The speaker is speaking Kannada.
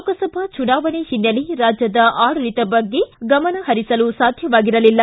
ಲೋಕಸಭಾ ಚುನಾವಣೆ ಹಿನ್ನೆಲೆ ರಾಜ್ಯದ ಆಡಳಿತದ ಬಗ್ಗೆ ಗಮನಹರಿಸಲು ಸಾಧ್ಯವಾಗಿರಲಿಲ್ಲ